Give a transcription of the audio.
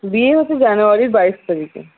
বিয়ে হচ্ছে জানুয়ারির বাইশ তারিখে